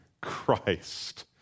Christ